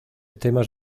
temas